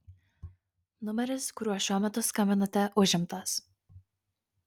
numeris kuriuo šiuo metu skambinate užimtas